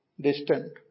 distant